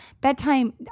bedtime